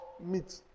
meat